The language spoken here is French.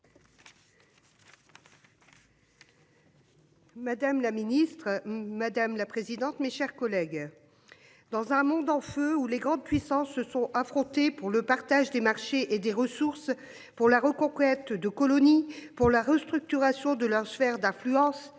Madame la ministre, madame la présidente, mes chers collègues. Dans un monde en feu où les grandes puissances se sont affrontés pour le partage des marchés et des ressources pour la reconquête de colonies pour la restructuration de leur sphère d'influence.